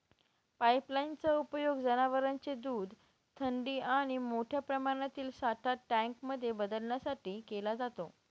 pipeline चा उपयोग जनवरांचे दूध थंडी आणि मोठ्या प्रमाणातील साठा टँक मध्ये बदलण्यासाठी केला जातो